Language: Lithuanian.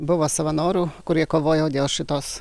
buvo savanorių kurie kovojo dėl šitos